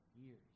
years